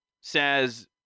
says